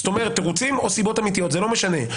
זאת אומרת, תירוצים או סיבות אמיתיות, זה לא משנה.